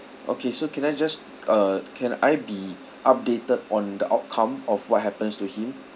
okay so can I just uh can I be updated on the outcome of what happens to him